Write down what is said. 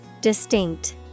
Distinct